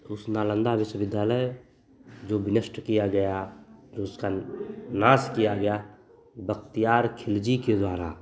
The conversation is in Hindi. उस नालन्दा विश्वविद्यालय जो नष्ट किया गया जो उसका नाश किया गया बख़्तियार खिलज़ी के द्वारा